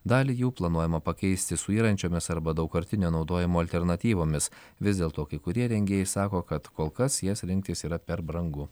dalį jų planuojama pakeisti suyrančiomis arba daugkartinio naudojimo alternatyvomis vis dėlto kai kurie rengėjai sako kad kol kas jas rinktis yra per brangu